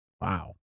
Wow